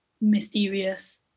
mysterious